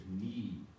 need